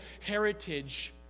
heritage